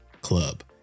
Club